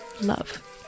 love